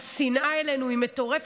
השנאה אלינו היא מטורפת,